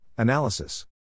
Analysis